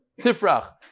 Tifrach